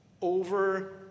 over